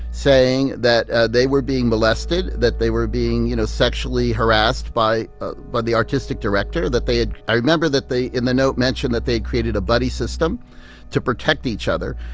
saying that they were being molested, that they were being, you know, sexually harassed by ah but the artistic director, that they had i remember that they, in the note, mentioned that they created a buddy system to protect each other,